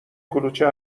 کلوچه